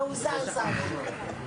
התשפ"ג 2023. אחרי מושב קשה שבו נידונו